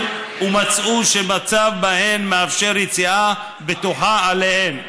ומצאו שהמצב בהן מאפשר יציאה בטוחה אליהן.